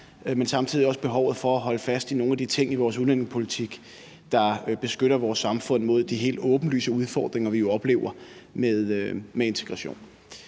der samtidig også er et behov for at holde fast i nogle af de ting i vores udlændingepolitik, der beskytter vores samfund mod de helt åbenlyse udfordringer, vi jo oplever med integration.